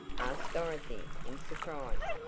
asked dorothy in surprise.